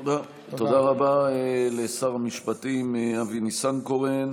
תודה רבה לשר המשפטים אבי ניסנקורן.